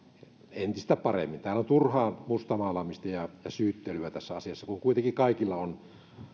entistä paremmin täällä on turhaa mustamaalaamista ja syyttelyä tässä asiassa kun kuitenkin kaikilla on